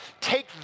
Take